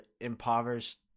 impoverished